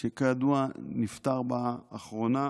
שכידוע נפטר לאחרונה,